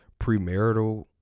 premarital